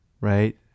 right